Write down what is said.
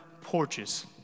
porches